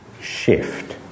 shift